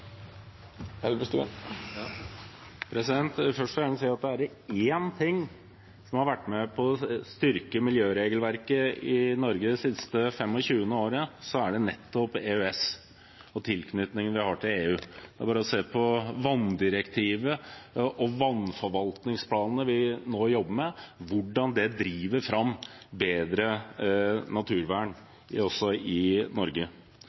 Først vil jeg gjerne si at er det én ting som har vært med på å styrke miljøregelverket i Norge de siste 25 årene, er det nettopp EØS og tilknytningen vi har til EU. Det er bare å se på vanndirektivet og vannforvaltningsplanene vi nå jobber med, hvordan det driver fram bedre naturvern også i Norge.